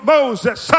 Moses